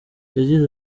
yagize